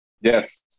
Yes